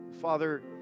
Father